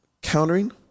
countering